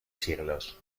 siglos